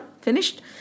finished